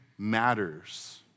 matters